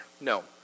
No